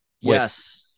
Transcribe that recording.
yes